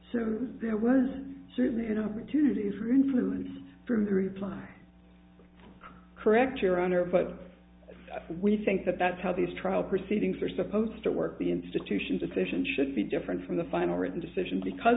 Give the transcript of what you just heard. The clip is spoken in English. so there was certainly an opportunity for influence from the reply correct your honor but we think that that's how this trial proceedings are supposed to work the institution decision should be different from the final written decision because